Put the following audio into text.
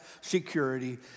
security